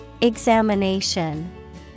Examination